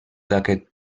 d’aquest